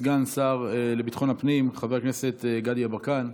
סגן השר לביטחון הפנים חבר הכנסת גדי יברקן,